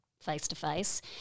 face-to-face